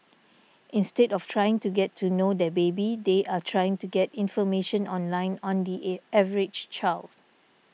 instead of trying to get to know their baby they are trying to get information online on the average child